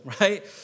right